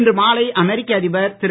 இன்று மாலை அமெரிக்க அதிபர் திரு